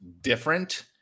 different